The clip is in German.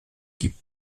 gibt